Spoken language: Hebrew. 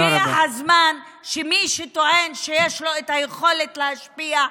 הגיע הזמן שמי שטוען שיש לו את היכולת להשפיע,